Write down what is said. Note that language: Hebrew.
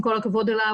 עם כל הכבוד אליו,